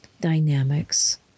dynamics